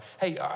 Hey